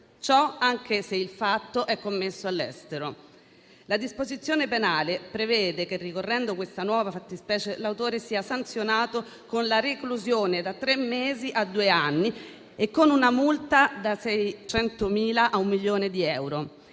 Ciò anche se il fatto è commesso all'estero. La disposizione penale prevede che, ricorrendo questa nuova fattispecie, l'autore sia sanzionato con la reclusione da tre mesi a due anni e con una multa da 600.000 euro a un milione di euro.